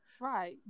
Right